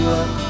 up